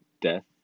death